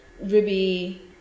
Ruby